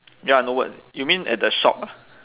ya no word you mean at the shop ah